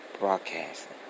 Broadcasting